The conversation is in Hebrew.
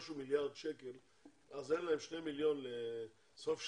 60 ומשהו מיליארד שקל אז אין שני מיליון לסוף שנה?